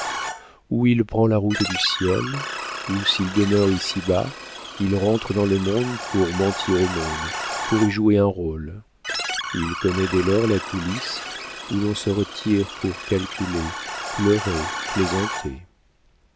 ou il prend la route du ciel ou s'il demeure ici-bas il rentre dans le monde pour mentir au monde pour y jouer un rôle il connaît dès lors la coulisse où l'on se retire pour calculer